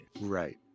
Right